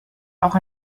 auch